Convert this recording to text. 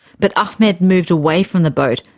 but ahmed moved away from the boat,